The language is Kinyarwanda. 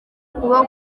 ukuboko